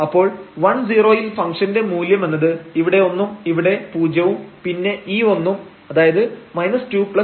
അപ്പോൾ 10 യിൽ ഫംഗ്ഷന്റെ മൂല്യം എന്നത് ഇവിടെ ഒന്നും ഇവിടെ പൂജ്യവും പിന്നെ ഈ ഒന്നും അതായത് 21 1